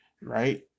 right